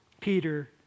Peter